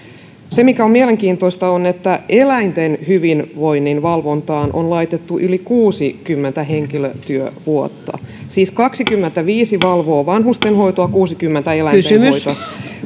se mikä on mielenkiintoista on että eläinten hyvinvoinnin valvontaan on laitettu yli kuusikymmentä henkilötyövuotta siis kaksikymmentäviisi valvoo vanhustenhoitoa kuusikymmentä eläintenhoitoa